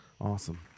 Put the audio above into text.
Awesome